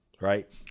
right